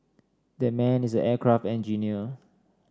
that man is an aircraft engineer